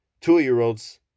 Two-year-olds